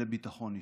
ולביטחון אישי.